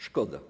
Szkoda.